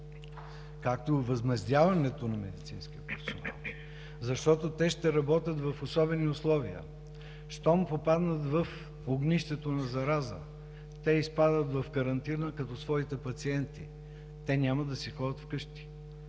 както и овъзмездяването на медицинския персонал, защото те ще работят в особени условия. Щом попаднат в огнището на зараза, те изпадат в карантина като своите пациенти, те няма да си ходят в къщи